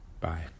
Bye